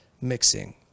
mixing